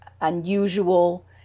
unusual